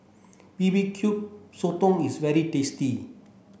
B B Q Sotong is very tasty